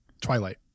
Twilight